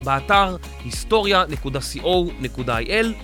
באתר historia.co.il